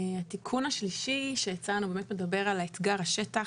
התיקון השלישי שהצענו באמת מדבר על אתגר השטח.